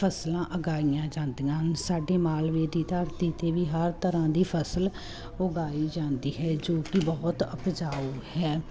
ਫਸਲਾਂ ਉਗਾਈਆਂ ਜਾਂਦੀਆਂ ਹਨ ਸਾਡੇ ਮਾਲਵੇ ਦੀ ਧਰਤੀ 'ਤੇ ਵੀ ਹਰ ਤਰ੍ਹਾਂ ਦੀ ਫਸਲ ਉਗਾਈ ਜਾਂਦੀ ਹੈ ਜੋ ਕਿ ਬਹੁਤ ਉਪਜਾਊ ਹੈ